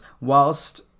whilst